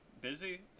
busy